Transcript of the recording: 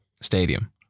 stadium